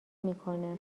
میکنه